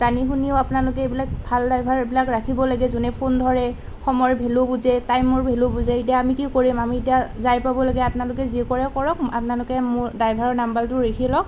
জানি শুনিও আপোনালোকে এইবিলাক ভাল ড্ৰাইভাৰ এইবিলাক ৰাখিব লাগে যোনে ফোন ধৰে সময়ৰ ভেল্যু বুজে টাইমৰ ভেল্যু বুজে এতিয়া আমি কি কৰিম আমি এতিয়া যাই পাব লাগে আপোনালোকে যি কৰে কৰক আপোনালোকে মোৰ ড্ৰাইভাৰৰ নাম্বাৰটো লিখি লওক